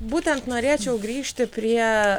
būtent norėčiau grįžti prie